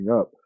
up